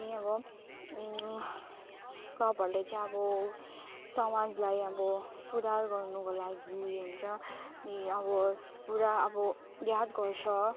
नि अब क्लबहरूले चाहिँ अब समाजलाई अब सुधार गर्नको लागि हुन्छ अनि अब पुरा अब याद गर्छ